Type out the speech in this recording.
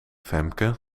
femke